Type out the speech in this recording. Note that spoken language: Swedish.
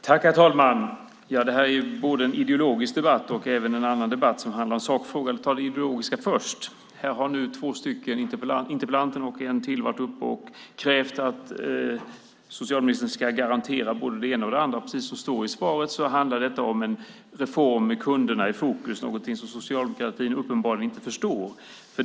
Herr talman! Det här är både en ideologisk debatt och en annan debatt som handlar om sakfrågor. Vi tar det ideologiska först. Här har nu två debattörer, interpellanten och en till, varit uppe och krävt att socialministern ska garantera både det ena och det andra. Precis som det står i svaret handlar detta om en reform med kunderna i fokus, någonting som socialdemokratin uppenbarligen inte förstår.